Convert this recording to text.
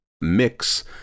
Mix